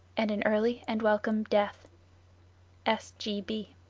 and an early and welcome death s. g. b.